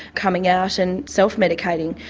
coming out and self-medicating.